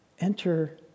enter